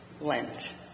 Lent